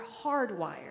hardwired